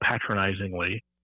patronizingly